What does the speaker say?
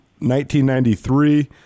1993